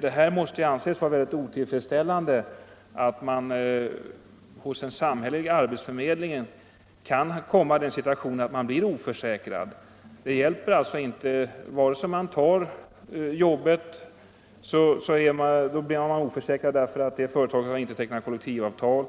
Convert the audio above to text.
Det måste anses vara otillfredsställande att man hos den samhälleliga arbetsförmedlingen kan komma i den situationen att bli oförsäkrad — vare sig man tar ett jobb och företaget inte har tecknat kollektivavtal